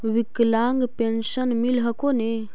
विकलांग पेन्शन मिल हको ने?